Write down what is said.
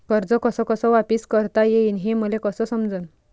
कर्ज कस कस वापिस करता येईन, हे मले कस समजनं?